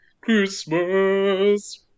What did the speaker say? Christmas